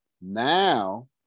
Now